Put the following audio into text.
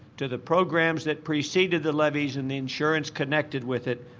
to the programs that preceded the levies and the insurance connected with it,